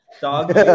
Dog